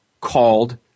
called